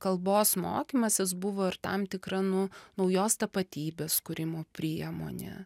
kalbos mokymasis buvo ir tam tikra nu naujos tapatybės kūrimo priemonė